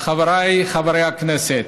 וחבריי חברי הכנסת,